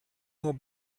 nur